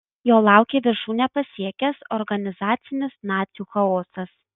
jo laukė viršūnę pasiekęs organizacinis nacių chaosas